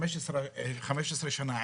15 שנים,